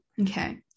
okay